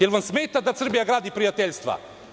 Jel vam smeta da Srbija gradi prijateljstva?